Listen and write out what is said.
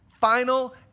final